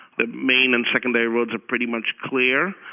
the main and secondary roads are pretty much clear.